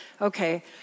okay